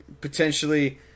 potentially